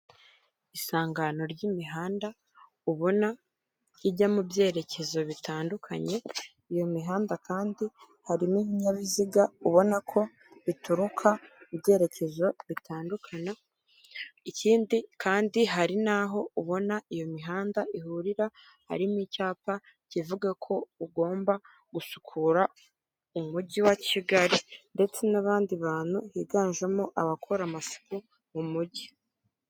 Isangano ry'imihanda ubona ijya mu byerekezo bitandukanye, iyo mihanda kandi harimo ibinyabiziga ubona ko bituruka mu byerekezo bitandukanye, ikindi kandi hari n'aho ubona iyo mihanda ihurira, hari n'icyapa kivuga ko ugomba gusukura umujyi wa Kigali, ndetse n'abandi bantu biganjemo abakora amasuku mu mujyi.